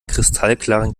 kristallklaren